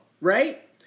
right